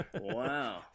Wow